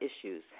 issues